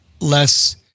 less